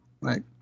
right